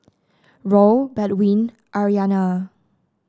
Raul Baldwin Aryana